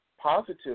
Positive